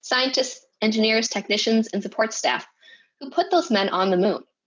scientists, engineers, technicians, and support staff who put those men on the moon.